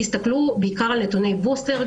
תסתכלו על נתוני הבוסטר,